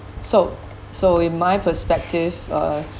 so so in my perspective uh